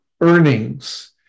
earnings